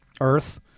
earth